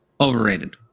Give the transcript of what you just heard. Overrated